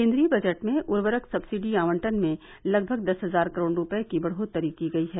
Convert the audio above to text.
केन्द्रीय बजट में उर्वरक सक्सिडी आवंटन में लगभग दस हजार करोड़ रुपये की बढ़ोत्तरी की गयी है